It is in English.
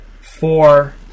four